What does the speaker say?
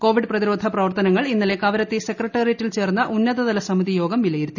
Covid പ്രതിരോധ പ്രവർത്തനങ്ങൾ കവരത്തി സെക്രട്ടറിയേറ്റിൽ ചേർന്ന ഉന്നതതല സമിതി യോഗം വിലയിരുത്തി